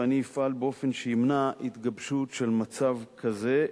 ואני אפעל באופן שימנע התגבשות של מצב כזה,